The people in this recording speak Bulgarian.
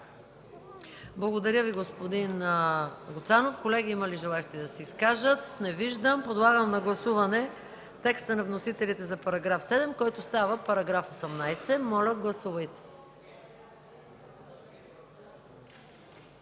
Благодаря Ви, господин Гуцанов. Колеги, има ли желаещи да се изкажат? Не виждам. Подлагам на гласуване текста на вносителите за § 7, който става § 18. Гласували